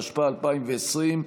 התשפ"א 2020,